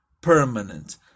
permanent